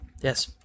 Yes